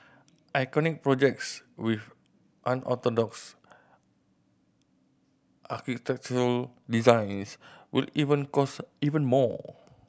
iconic projects with unorthodox architectural designs will even cost even more